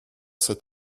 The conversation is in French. cet